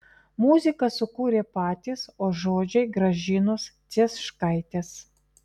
muziką sukūrė patys o žodžiai gražinos cieškaitės